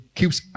keeps